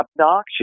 obnoxious